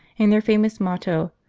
and their famous motto,